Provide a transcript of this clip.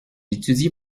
étudié